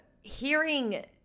hearing